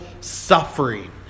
suffering